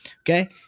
okay